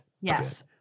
Yes